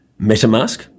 MetaMask